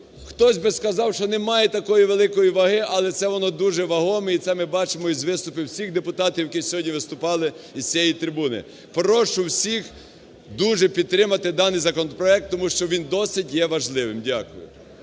хтось би сказав, що немає такої великої ваги, але це воно дуже вагоме, і це ми бачимо з виступів всіх депутатів, які сьогодні виступали з цієї трибуни. Прошу всіх дуже підтримати даний законопроект, тому що він досить є важливим. Дякую.